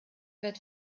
wird